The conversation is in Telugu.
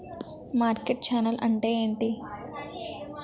మార్కెట్ ఛానల్ అంటే ఏంటి?